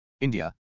India